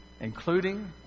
including